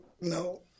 no